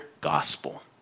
gospel